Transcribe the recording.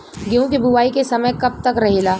गेहूँ के बुवाई के समय कब तक रहेला?